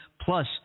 plus